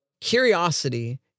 curiosity